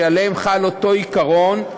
שעליהם חל אותו עיקרון,